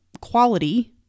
quality